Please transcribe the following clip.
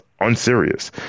unserious